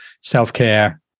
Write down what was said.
self-care